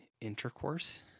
intercourse